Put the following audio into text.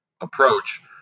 approach